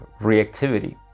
reactivity